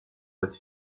mode